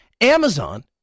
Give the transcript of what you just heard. Amazon